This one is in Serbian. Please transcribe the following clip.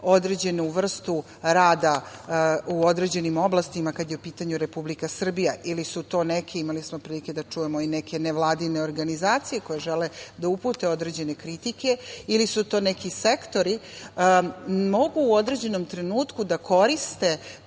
određenu vrstu rada u određenim oblastima kada je u pitanju Republike Srbija ili su to neki, imali smo prilike da čujemo, i neke nevladine organizacije koje žele da upute određene kritike ili su to neki sektori, mogu u određenom trenutku da koriste